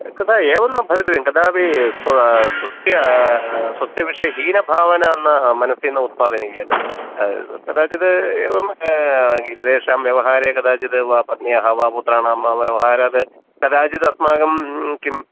कदा एवं न भवितव्यं कदापि स्व स्वस्य स्वस्य विषये हीनभावना न मनसि न उत्पादनीया कदाचिद् एवं इतरेषां व्यवहारे कदाचिद् वा पत्न्याः वा पुत्राणां वा व्यवहारः कदाचिदस्माकं किम्